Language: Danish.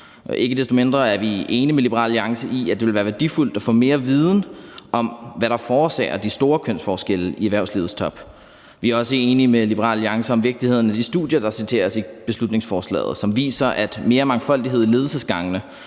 Ikke desto mindre er vi enige med Liberal Alliance i, at det vil være værdifuldt at få mere viden om, hvad der forårsager de store kønsforskelle i erhvervslivets top. Vi er også enige med Liberal Alliance om vigtigheden af de studier, der citeres i beslutningsforslaget, og som viser, at mere mangfoldighed på ledelsesgangene